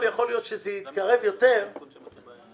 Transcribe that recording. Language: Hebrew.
וגם יכול להיות שזה יתקרב אפילו יותר,